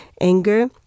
anger